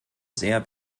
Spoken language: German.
sehr